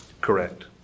correct